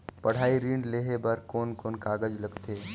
पढ़ाई ऋण लेहे बार कोन कोन कागज लगथे?